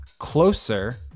Closer